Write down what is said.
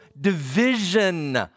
division